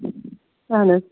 اَہَن حظ